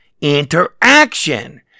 interaction